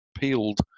peeled